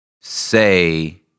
say